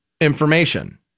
information